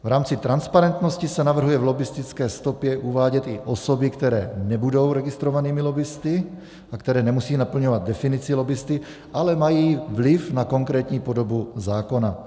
V rámci transparentnosti se navrhuje v lobbistické stopě uvádět i osoby, které nebudou registrovanými lobbisty a které nemusí naplňovat definici lobbisty, ale mají vliv na konkrétní podobu zákona.